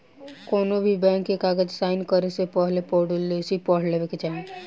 कौनोभी बैंक के कागज़ साइन करे से पहले पॉलिसी पढ़ लेवे के चाही